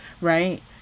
right